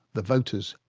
the voters,